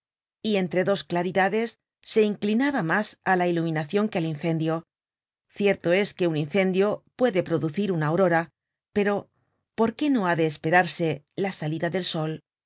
y entre dos claridades se inclinaba mas á la iluminacion que al incendio cierto es que un incendio puede producir una aurora pero por qué no ha de esperarse la salida del sol